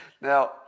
Now